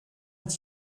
est